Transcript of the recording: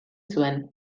zuen